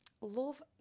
love